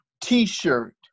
T-shirt